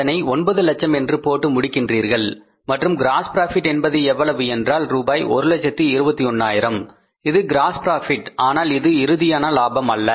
அதனை 9 லட்சம் என்று போட்டு முடிக்கின்றீர்கள் மற்றும் க்ராஸ் ப்ராபிட் என்பது எவ்வளவு என்றால் ரூபாய் 121000 இது க்ராஸ் ப்ராபிட் ஆனால் இது இறுதியான லாபம் அல்ல